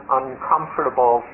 uncomfortable